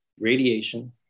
Radiation